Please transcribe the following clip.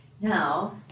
Now